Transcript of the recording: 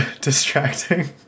distracting